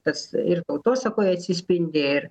tas ir tautosakoj atsispindi ir